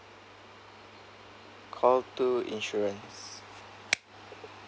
call two insurance